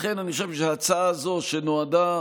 לכן אני חושב שההצעה הזו, שנועדה